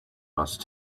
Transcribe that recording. must